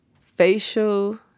facial